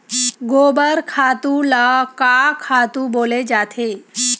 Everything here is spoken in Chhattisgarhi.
गोबर खातु ल का खातु बोले जाथे?